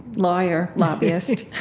lawyer, lobbyist.